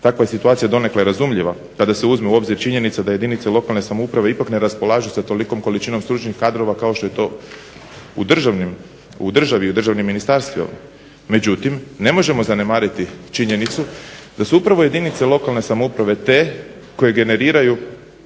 Takva je situacija donekle razumljiva kada se uzme u obzir činjenica da jedinice lokalne samouprave ipak ne raspolažu sa tolikom količinom stručnih kadrova kao što je to u državi i u državnim ministarstvima, međutim ne možemo zanemariti činjenicu da su upravo jedinice lokalne samouprave te koje generiraju